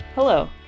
Hello